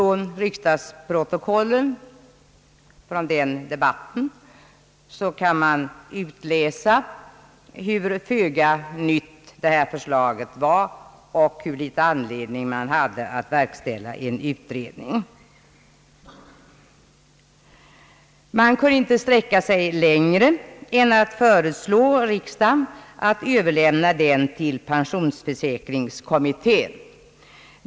Ur riksdagsprotokollen från denna debatt kan man utläsa hur föga nytt detta förslag var och hur li ten anledning som skulle föreligga att verkställa en utredning. Utskottet kunde inte sträcka sig längre än att föreslå riksdagen att överlämna frågan till pensionsförsäkringskommittén.